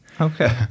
Okay